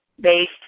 based